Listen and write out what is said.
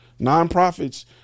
Nonprofits